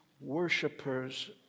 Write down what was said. worshippers